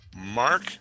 Mark